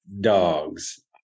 dogs